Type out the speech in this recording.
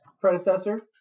predecessor